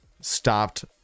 stopped